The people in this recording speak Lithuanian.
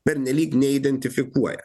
pernelyg neidentifikuoja